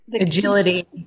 agility